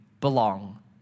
belong